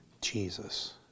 Jesus